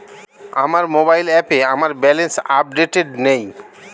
আমার মোবাইল অ্যাপে আমার ব্যালেন্স আপডেটেড নেই